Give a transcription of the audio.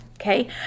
Okay